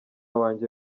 wanjye